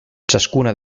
ciascuna